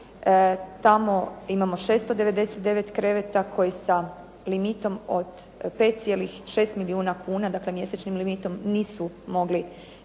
Tamo imamo 699 kreveta koji sa limitom 5,6 milijuna kuna, dakle mjesečnim limitom nisu mogli poslovati,